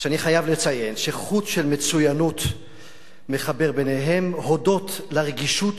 שאני חייב לציין שחוט של מצוינות מחבר ביניהם הודות לרגישות